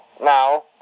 now